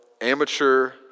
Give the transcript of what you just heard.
amateur